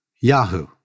Yahoo